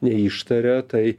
neištaria tai